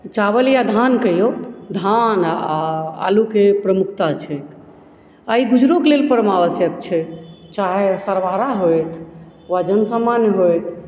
चावल या धान कहियौ धान आओर आलूके प्रमुखता छैक आओर ई गुजारोके लेल परम आवश्यक छै चाहे सर्वहारा होथि वा जनसामान्य होथि